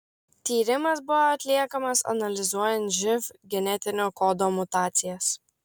tyrimas buvo atliekamas analizuojant živ genetinio kodo mutacijas